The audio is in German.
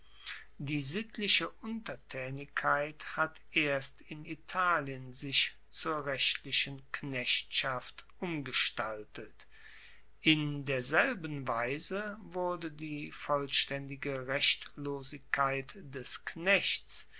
die sittliche untertaenigkeit hat erst in italien sich zur rechtlichen knechtschaft umgestaltet in derselben weise wurde die vollstaendige rechtlosigkeit des knechts